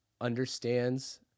understands